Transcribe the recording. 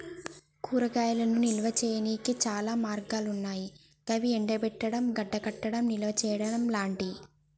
కూరగాయలను నిల్వ చేయనీకి చాలా మార్గాలన్నాయి గవి ఎండబెట్టడం, గడ్డకట్టడం, నిల్వచేయడం లాంటియి